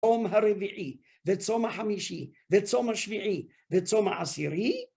צום הרביעי, וצום החמישי, וצום השביעי, וצום העשירי,